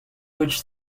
which